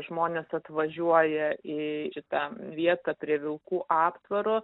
žmonės atvažiuoja į tą vietą prie vilkų aptvaro